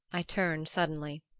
i turned suddenly.